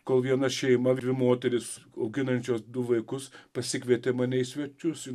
kol viena šeima dvi moterys auginančios du vaikus pasikvietė mane į svečius į